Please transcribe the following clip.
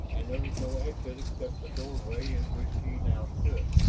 and there was no exit except the doorway in which he now stood.